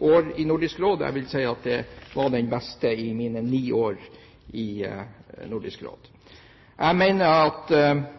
år i Nordisk Råd. Jeg vil si at det var den beste i mine ni år i Nordisk Råd. Jeg mener at